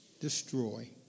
Destroy